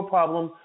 Problem